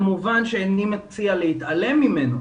כמובן שאיני מציע להתעלם ממנו,